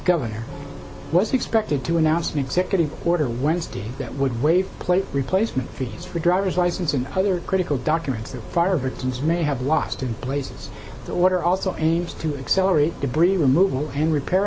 governor was expected to announce an executive order wednesday that would waive plate replacement fees for driver's license and other critical documents that fire victims may have lost in places the water also aims to accelerate debris removal and repair